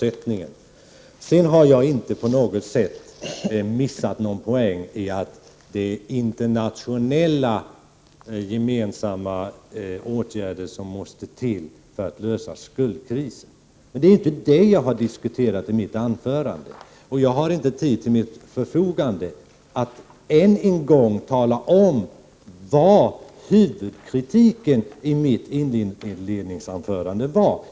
Jag har inte på något sätt missat någon poäng i att det måste till internationella gemensamma åtgärder för att lösa skuldkrisen. Men det var inte detta jag diskuterade i mitt inledningsanförande. Jag har emellertid inte tillräckligt med tid till förfogande för att än en gång upprepa min huvudkritik.